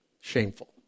shameful